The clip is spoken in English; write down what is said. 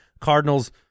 Cardinals